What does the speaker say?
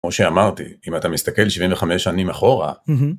כמו שאמרתי, אם אתה מסתכל 75 שנים אחורה,